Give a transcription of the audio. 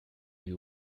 you